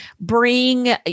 bring